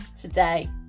today